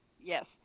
yes